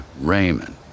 Raymond